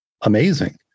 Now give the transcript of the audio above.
amazing